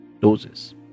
doses